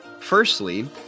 Firstly